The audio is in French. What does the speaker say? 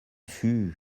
fut